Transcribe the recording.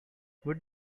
would